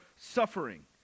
suffering